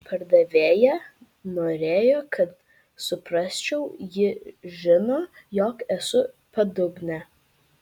pardavėja norėjo kad suprasčiau ji žino jog esu padugnė